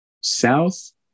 south